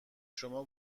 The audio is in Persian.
شما